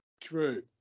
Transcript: True